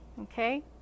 okay